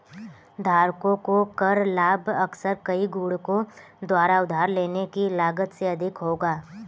धारकों को कर लाभ अक्सर कई गुणकों द्वारा उधार लेने की लागत से अधिक होगा